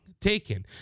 taken